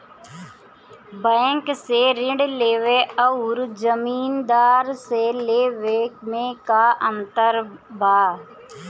Bank से ऋण लेवे अउर जमींदार से लेवे मे का अंतर बा?